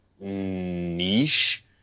niche